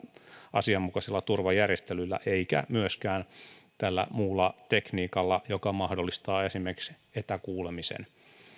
asianmukaisilla turvajärjestelyillä eikä myöskään tällä muulla tekniikalla joka mahdollistaa esimerkiksi etäkuulemisen